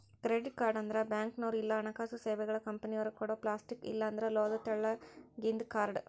credit card ಅಂದ್ರ ಬ್ಯಾಂಕ್ನೋರ್ ಇಲ್ಲಾ ಹಣಕಾಸು ಸೇವೆಗಳ ಕಂಪನಿಯೊರ ಕೊಡೊ ಪ್ಲಾಸ್ಟಿಕ್ ಇಲ್ಲಾಂದ್ರ ಲೋಹದ ತೆಳ್ಳಗಿಂದ ಕಾರ್ಡ್